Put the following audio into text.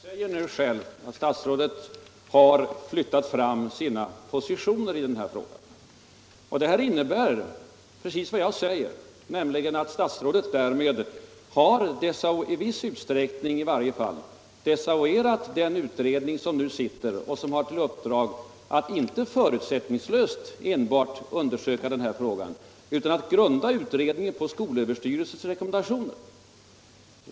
Herr talman! Statsrådet säger själv att hon har flyttat fram sina positioner i frågan, och det innebär precis vad jag säger, nämligen att statsrådet därmed, i viss utsträckning i varje fall, har desavouerat den utredning som nu sitter och som har till uppdrag inte att förutsättningslöst enbart undersöka denna fråga, utan att grunda utredningen på skolöverstyrelsens rekommendationer.